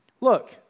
Look